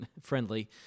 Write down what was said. friendly